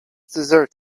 dessert